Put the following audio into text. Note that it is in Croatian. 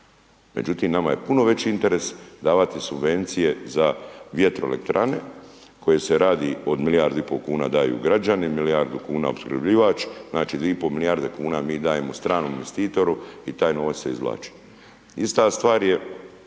Međutim, nama je puno veći interes davati subvencije za vjetroelektrane koje se radi od milijardu i pol kuna daju građani, milijardu kuna opskrbljivač, znači 2,5 milijarde kuna mi dajemo stranom investitoru i taj novac se izvlači. Ista stvar je,